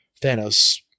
Thanos